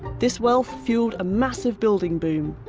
this wealth fuelled a massive building boom,